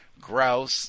grouse